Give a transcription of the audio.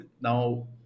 now